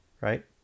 right